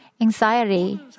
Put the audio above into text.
anxiety